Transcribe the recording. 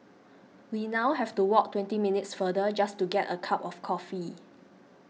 we now have to walk twenty minutes farther just to get a cup of coffee